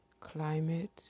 climate